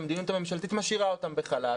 המדיניות הממשלתית משאירה אותם בחל"ת,